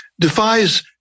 defies